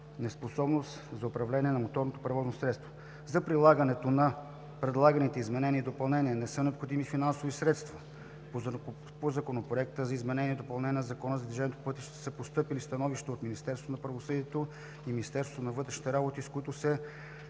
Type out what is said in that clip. неспособност за управление на моторно превозно средство. За прилагането на предлаганите изменения и допълнения не са необходими финансови средства. По Законопроекта за изменение и допълнение на Закона за движението по пътищата са постъпили становища от Министерството на